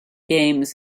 games